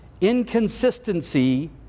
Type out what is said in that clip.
inconsistency